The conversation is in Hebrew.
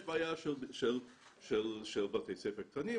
יש בעיה של בתי ספר קטנים,